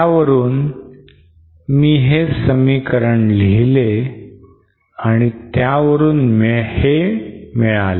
त्यावरून मी हे समीकरण लिहिले आणि त्यावरून हे मिळाले